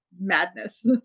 madness